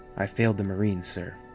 i failed the marines, sir.